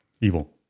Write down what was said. Evil